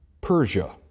Persia